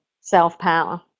self-power